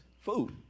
food